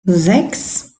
sechs